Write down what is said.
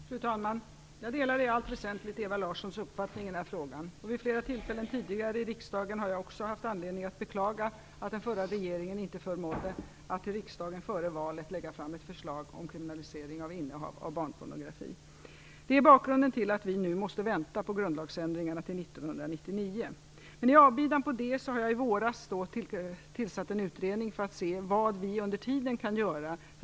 Fru talman! Jag delar i allt väsentligt Ewa Larssons uppfattning i denna fråga. Vid flera tillfällen tidigare i riksdagen har jag haft anledning att beklaga att den förra regeringen inte förmådde att för riksdagen före valet lägga fram ett förslag om kriminalisering av innehav av barnpornografi. Det är bakgrunden till att vi nu måste vänta på grundlagsändringarna till 1999. Men i avbidan på det har jag i våras tillsatt en utredning för att se vad vi under tiden kan göra.